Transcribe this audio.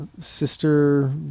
Sister